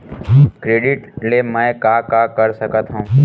Credit ले मैं का का कर सकत हंव?